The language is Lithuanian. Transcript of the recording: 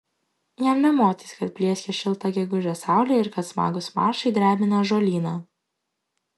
jam nė motais kad plieskia šilta gegužės saulė ir kad smagūs maršai drebina ąžuolyną